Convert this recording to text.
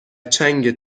چنگ